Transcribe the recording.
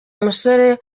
musore